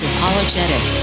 Apologetic